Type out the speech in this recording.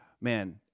man